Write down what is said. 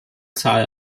zahl